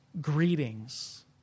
Greetings